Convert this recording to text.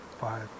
five